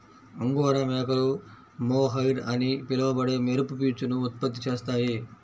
angora మేకలు mohair అని పిలువబడే మెరుపు పీచును ఉత్పత్తి చేస్తాయి